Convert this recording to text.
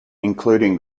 including